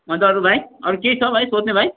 अन्त अरू भाइ अरू केही छ भाइ सोध्ने भाइ